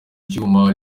icyuma